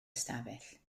ystafell